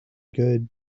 good